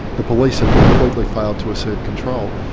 the police have completely failed to assert control.